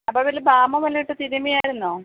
അപ്പോൾ പിന്നെ ബാമോ വല്ലതോ ഇട്ട് തിരുമ്മിയായിരുന്നോ